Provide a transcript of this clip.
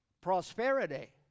prosperity